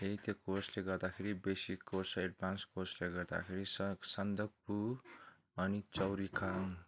फेरि त्यो कोर्सले गर्दाखेरि बेसिक कोर्स र एडभान्स कोर्सले गर्दाखेरि स सन्दकपू अनि चौरिकाम्